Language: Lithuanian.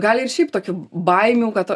gali ir šiaip tokių baimių kad